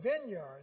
vineyards